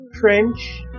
French